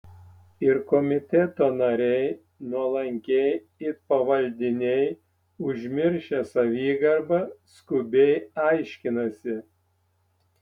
ir komiteto nariai nuolankiai it pavaldiniai užmiršę savigarbą skubiai aiškinasi